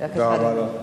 בבקשה, אדוני.